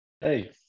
Hey